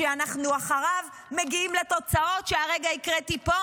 שאנחנו אחריו מגיעים לתוצאות שהרגע הקראתי פה,